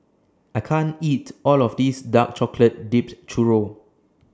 I can't eat All of This Dark Chocolate Dipped Churro